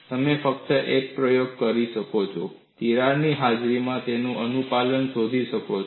તમે ફક્ત એક પ્રયોગ કરી શકો છો અને તિરાડની હાજરીમાં તેનું અનુપાલન શોધી શકો છો